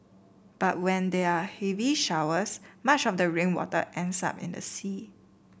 but when there are heavy showers much of the rainwater ends up in the sea